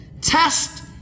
Test